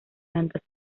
plantas